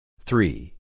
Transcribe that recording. Three